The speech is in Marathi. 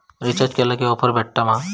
रिचार्ज केला की ऑफर्स भेटात मा?